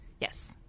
Yes